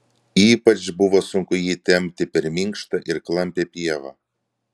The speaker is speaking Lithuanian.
ypač buvo sunku jį tempti per minkštą ir klampią pievą